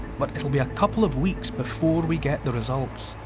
but it'll be a couple of weeks before we get the results.